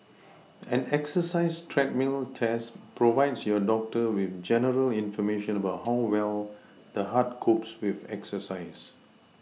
an exercise treadmill test provides your doctor with general information about how well the heart copes with exercise